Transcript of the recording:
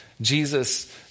Jesus